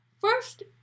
first